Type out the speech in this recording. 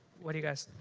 what do you guys?